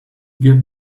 give